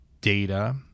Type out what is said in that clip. data